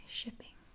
shipping